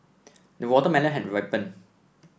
the watermelon has ripened